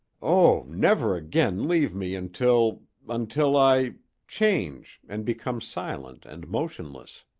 oh! never again leave me until until i change and become silent and motionless.